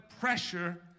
pressure